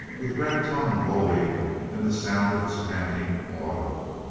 with red tongue lolling and the sound of its panting audible.